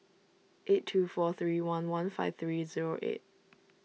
eight two four three one one five three zero eight